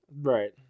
right